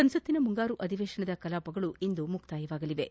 ಸಂಸತ್ತಿನ ಮುಂಗಾರು ಅಧಿವೇಶನದ ಕಲಾಪಗಳು ಇಂದು ಮುಕ್ತಾಯವಾಗಲಿವೆ